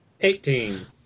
Eighteen